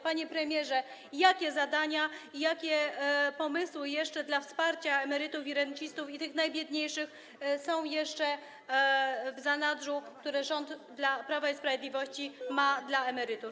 Panie premierze, jakie zadania i jakie pomysły, jeśli chodzi o wsparcie emerytów i rencistów, i tych najbiedniejszych, są jeszcze w zanadrzu, które to rząd Prawa i Sprawiedliwości ma dla emerytów?